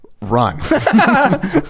run